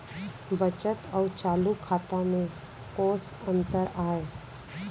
बचत अऊ चालू खाता में कोस अंतर आय?